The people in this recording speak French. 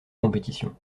compétition